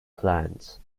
plants